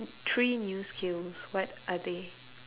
three new skills what are they